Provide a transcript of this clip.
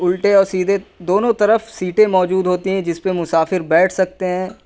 الٹے اور سیدھے دونوں طرف سیٹیں موجود ہوتی ہیں جس پہ مسافر بیٹھ سکتے ہیں